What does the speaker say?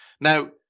Now